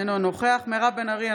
אינו נוכח מירב בן ארי,